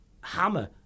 Hammer